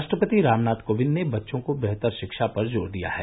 राष्ट्रपति रामनाथ कोविंद ने बच्चों को बेहतर शिक्षा पर जोर दिया है